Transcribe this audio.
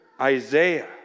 Isaiah